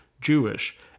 Jewish